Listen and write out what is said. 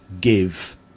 give